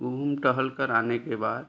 घूम टहलकर आने के बाद